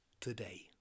today